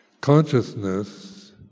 Consciousness